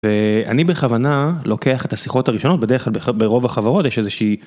ואני בכוונה לוקח את השיחות הראשונות, בדרך כלל ברוב החברות יש איזושהי.